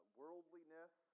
worldliness